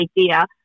idea